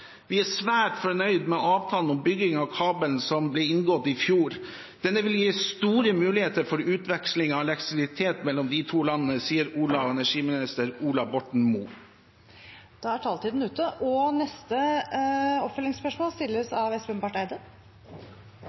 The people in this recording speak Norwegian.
er svært fornøyde med avtalen om byggingen av kabelen som ble inngått i fjor. Denne vil gi store muligheter for utveksling av elektrisitet mellom de to landene.»